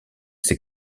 ses